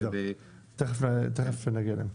תיכף נגיע אליהן.